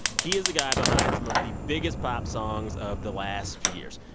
he is the guy behind some of the biggest pop songs of the last few years.